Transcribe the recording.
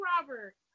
Robert